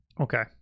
Okay